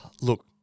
look